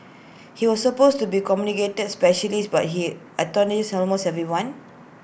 he was supposed to be communicates specialist but he antagonised almost everyone